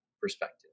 perspective